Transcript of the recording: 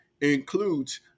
includes